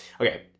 Okay